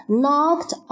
knocked